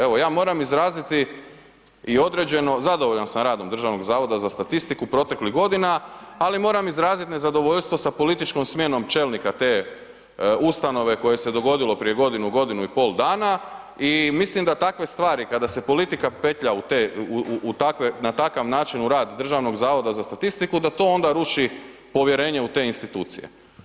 Evo, ja moram izraziti i određeno, zadovoljan sam radom Državnog zavoda za statistiku proteklih godina, ali moram izraziti nezadovoljstvo sa političkom smjenom čelnika te ustanove koje se dogodilo prije godinu, godinu i pol dana i mislim da takve stvari kada se politika petlja u te, na takav način u rad Državnog zavoda za statistiku da to onda ruši povjerenje u te institucije.